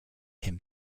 him